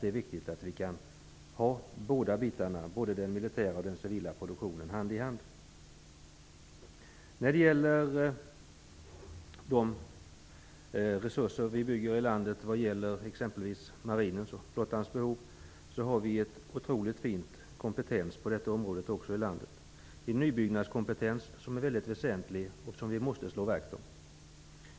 Det är av stor vikt att den militära och den civila produktionen kan gå hand i hand. När det gäller resurserna för marinens och flottans behov finns det en otrolig hög kompetens i landet också på detta område. Vi har en nybyggnadskompetens som vi måste slå vakt om.